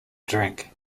drink